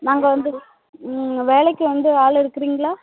நாங்கள் வந்து வேலைக்கு வந்து ஆள் எடுக்குறீங்களா